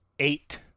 eight